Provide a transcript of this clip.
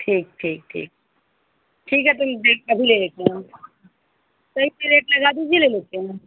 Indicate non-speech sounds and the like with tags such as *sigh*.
ठीक ठीक ठीक ठीक है तो *unintelligible* अभी ले लेते हैं सही से रेट लगा दीजिए ले लेते हैं